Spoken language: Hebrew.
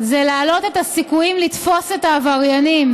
זה להעלות את הסיכויים לתפוס את העבריינים,